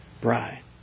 Bride